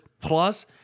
plus